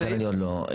לכן אני עוד לא.